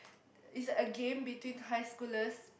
it's a game between high schoolers